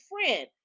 friend